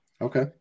Okay